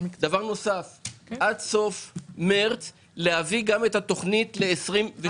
דבר נוסף, עד סוף מרץ להביא גם את התכנית ל-2023.